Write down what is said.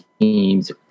teams